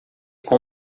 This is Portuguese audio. com